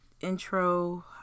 intro